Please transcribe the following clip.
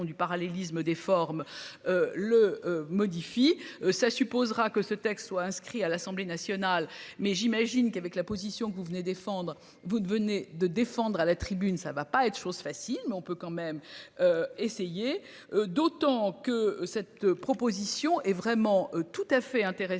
du parallélisme des formes. Le modifie ça supposera que ce texte soit inscrit à l'Assemblée nationale mais j'imagine qu'avec la position que vous venez défendre vous devenez de défendre à la tribune. Ça ne va pas être chose facile mais on peut quand même. Essayer. D'autant que cette proposition est vraiment. Tout à fait intéressante